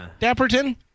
Dapperton